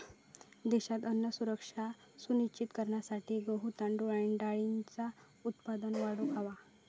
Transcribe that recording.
देशात अन्न सुरक्षा सुनिश्चित करूसाठी गहू, तांदूळ आणि डाळींचा उत्पादन वाढवूक हव्या